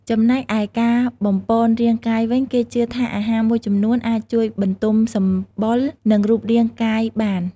ចំណែកឯ ការបំប៉នរាងកាយវិញ គេជឿថាអាហារមួយចំនួនអាចជួយបន្ទំសម្បុរ និងរូបរាងកាយបាន។